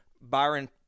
Byron